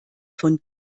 von